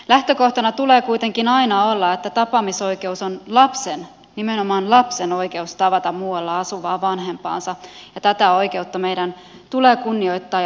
lähtökohtana tulee kuitenkin aina olla että tapaamisoikeus on lapsen nimenomaan lapsen oikeus tavata muualla asuvaa vanhempaansa ja tätä oikeutta meidän tulee kunnioittaa ja tukea